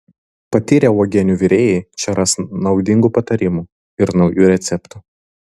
patyrę uogienių virėjai čia ras naudingų patarimų ir naujų receptų